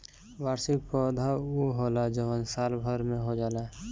वार्षिक पौधा उ होला जवन साल भर में हो जाला